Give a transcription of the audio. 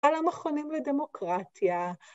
‫על המכונים לדמוקרטיה.